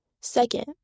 Second